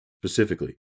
Specifically